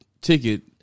ticket